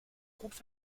groupes